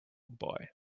boy